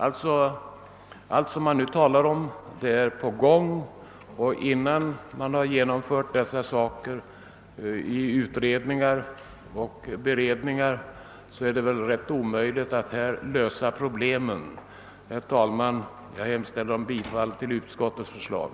Allt som man nu talar om är alltså på gång, och innan dessa utredningar och beredningar har slutförts är det väl rätt omöjligt att lösa dessa problem. Herr talman! Jag yrkar bifall till utskottets hemställan.